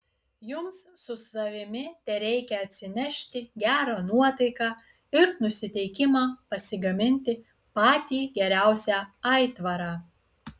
jums su savimi tereikia atsinešti gerą nuotaiką ir nusiteikimą pasigaminti patį geriausią aitvarą